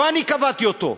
לא אני קבעתי אותו,